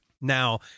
now